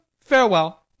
farewell